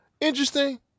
interesting